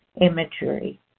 Imagery